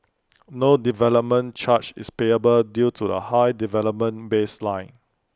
no development charge is payable due to the high development baseline